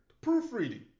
Proofreading